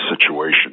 situation